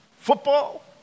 Football